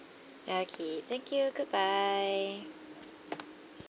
okay thank you goodbye